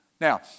Now